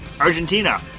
Argentina